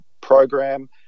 program